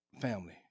family